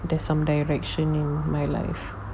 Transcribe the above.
there's some direction in my life